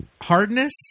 Hardness